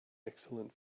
excellent